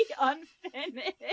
unfinished